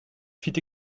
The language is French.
fit